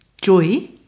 joy